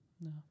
No